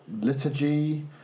Liturgy